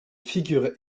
figure